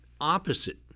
opposite